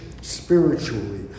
spiritually